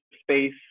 space